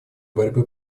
борьбы